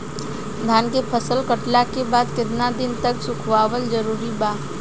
धान के फसल कटला के बाद केतना दिन तक सुखावल जरूरी बा?